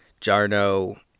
Jarno